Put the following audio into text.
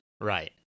Right